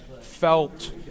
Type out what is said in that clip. felt